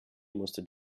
musste